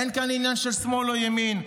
אין כאן עניין של שמאל או ימין,